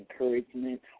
encouragement